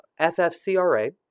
FFCRA